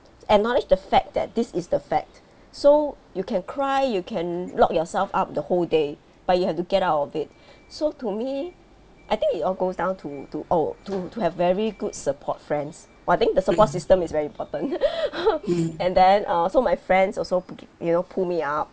acknowledge the fact that this is the fact so you can cry you can lock yourself up the whole day but you have to get out of it so to me I think it all goes down to to oh to to have very good support friends oh I think the support system is very important and then uh so my friends also pull you know pull me out